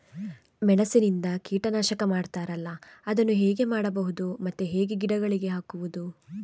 ಮೆಣಸಿನಿಂದ ಕೀಟನಾಶಕ ಮಾಡ್ತಾರಲ್ಲ, ಅದನ್ನು ಹೇಗೆ ಮಾಡಬಹುದು ಮತ್ತೆ ಹೇಗೆ ಗಿಡಗಳಿಗೆ ಹಾಕುವುದು?